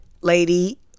lady